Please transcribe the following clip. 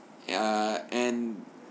err and